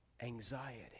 anxiety